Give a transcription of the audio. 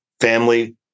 family